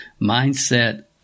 mindset